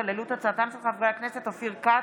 בהצעתם של חברי הכנסת אופיר כץ,